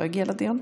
לא הגיע לדיון?